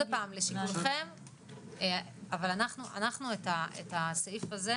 ואם אפשר לשים סד זמנים למתי אפשר לעדכן תעריפון או איך.